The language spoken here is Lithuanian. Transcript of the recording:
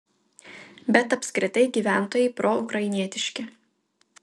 bet apskritai gyventojai proukrainietiški